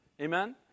Amen